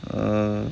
err